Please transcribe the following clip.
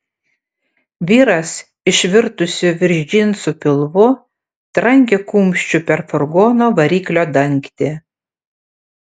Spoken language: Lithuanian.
vyras išvirtusiu virš džinsų pilvu trankė kumščiu per furgono variklio dangtį